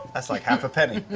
that's like half a penny.